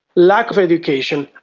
lack of education,